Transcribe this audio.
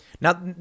Now